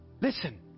Listen